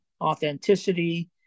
authenticity